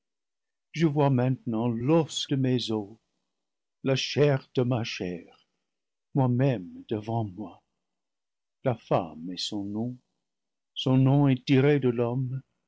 je vois maintenant l'os de mes os la chair de ma chair moi-même devant moi la femme est son nom son nom est tiré de l'homme